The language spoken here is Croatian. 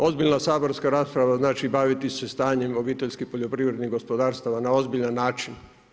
Ozbiljna saborska rasprava znači baviti se stanjem obiteljskih poljoprivrednih gospodarstava na ozbiljan način.